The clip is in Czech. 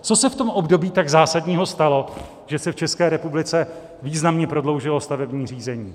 Co se v tom období tak zásadního stalo, že se v České republice významně prodloužilo stavebního řízení?